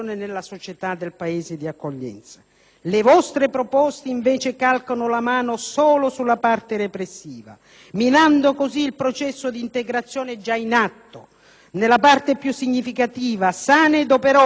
Le vostre proposte, invece, calcano la mano solo sulla parte repressiva, minando così il processo di integrazione già in atto nella parte più significativa, sana ed operosa dell'immigrazione nel nostro Paese.